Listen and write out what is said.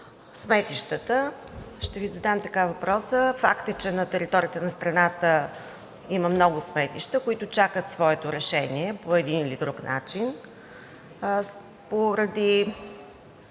Отнася се за сметищата. Факт е, че на територията на страната има много сметища, които чакат своето решение по един или друг начин.